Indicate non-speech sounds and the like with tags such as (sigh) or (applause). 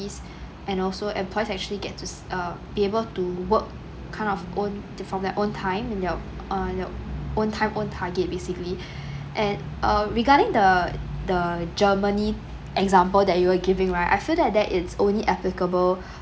(breath) and also employees actually get to s~ uh be able to work kind of own from their own time in their uh their own time own target basically (breath) and uh regarding the the germany example that you were giving right I feel that that is only applicable (breath)